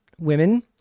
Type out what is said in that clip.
Women